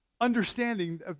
understanding